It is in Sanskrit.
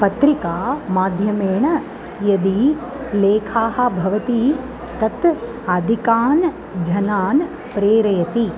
पत्रिका माध्यमेन यदि लेखाः भवन्ति तत् अधिकान् जनान् प्रेरयति